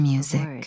Music